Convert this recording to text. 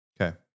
Okay